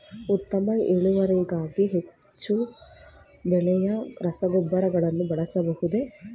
ಉತ್ತಮ ಇಳುವರಿಗಾಗಿ ಹೆಚ್ಚು ಬೆಲೆಯ ರಸಗೊಬ್ಬರಗಳನ್ನು ಬಳಸಬಹುದೇ?